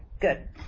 good